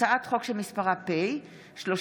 הצעת חוק שמספרה פ/34/24,